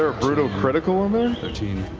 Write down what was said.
ah brutal critical um in there?